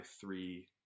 three